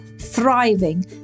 thriving